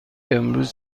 امروز